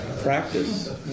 Practice